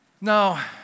Now